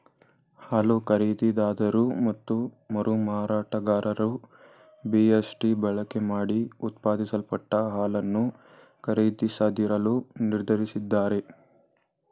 ಹಾಲು ಖರೀದಿದಾರರು ಮತ್ತು ಮರುಮಾರಾಟಗಾರರು ಬಿ.ಎಸ್.ಟಿ ಬಳಕೆಮಾಡಿ ಉತ್ಪಾದಿಸಲ್ಪಟ್ಟ ಹಾಲನ್ನು ಖರೀದಿಸದಿರಲು ನಿರ್ಧರಿಸಿದ್ದಾರೆ